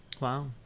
Wow